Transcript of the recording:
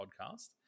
podcast